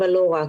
אבל לא רק.